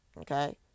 Okay